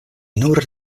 nur